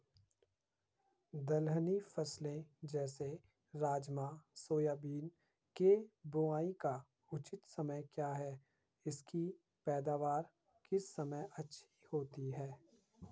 दलहनी फसलें जैसे राजमा सोयाबीन के बुआई का उचित समय क्या है इसकी पैदावार किस समय अच्छी होती है?